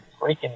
freaking